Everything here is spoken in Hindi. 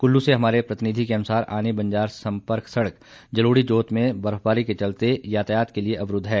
कुल्लू से हमारे प्रतिनिधि के अनुसार आनी बंजार सड़क मार्ग जलोड़ी जोत में बर्फबारी के चलते यातायात के लिए अवरूद्व है